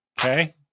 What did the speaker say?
Okay